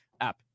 app